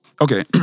Okay